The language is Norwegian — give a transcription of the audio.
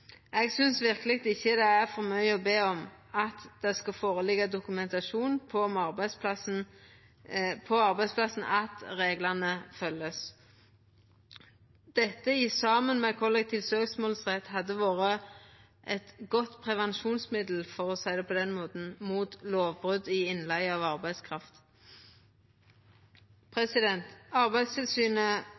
at det skal liggja føre dokumentasjon på arbeidsplassen på at reglane vert følgde. Dette, saman med kollektiv søksmålrett, hadde vore eit godt prevensjonsmiddel – for å seia det på den måten – mot lovbrot av innleige av arbeidskraft. Arbeidstilsynet,